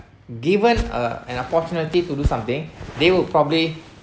given a an opportunity to do something they would probably